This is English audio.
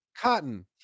Cotton